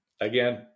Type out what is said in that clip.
Again